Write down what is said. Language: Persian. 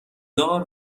دار